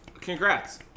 Congrats